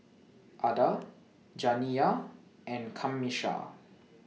Ada Janiyah and Camisha